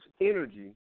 Energy